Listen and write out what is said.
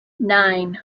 nine